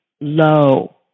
low